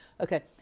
okay